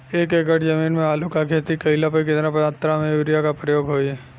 एक एकड़ जमीन में आलू क खेती कइला पर कितना मात्रा में यूरिया क प्रयोग होई?